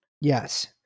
Yes